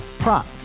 Prop